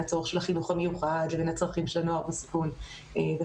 הצורך של החינוך המיוחד לבין הצרכים של נוער בסיכון וכדומה.